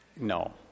No